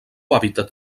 hàbitat